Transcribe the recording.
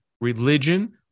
religion